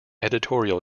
editorial